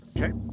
Okay